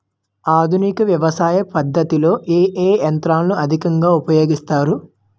ఆధునిక వ్యవసయ పద్ధతిలో ఏ ఏ యంత్రాలు అధికంగా ఉపయోగిస్తారు?